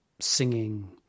singing